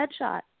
headshot